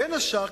בין השאר,